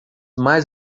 mais